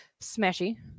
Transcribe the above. Smashy